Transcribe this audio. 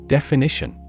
Definition